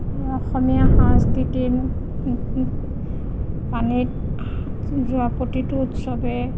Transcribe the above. অসমীয়া সাংস্কৃতিত পানীত যোৱা প্ৰতিটো উৎসৱে